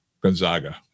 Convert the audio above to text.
Gonzaga